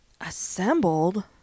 Assembled